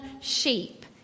sheep